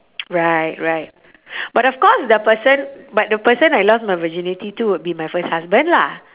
right right but of course the person but the person I lost my virginity to would be my first husband lah